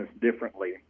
differently